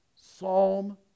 psalm